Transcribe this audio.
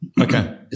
Okay